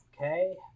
Okay